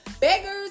Beggars